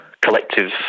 collective